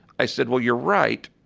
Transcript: i said, well, you're right,